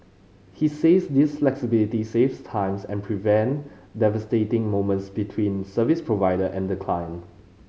he says this flexibility saves times and prevent devastating moments between service provider and the client